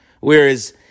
Whereas